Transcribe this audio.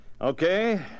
Okay